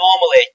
normally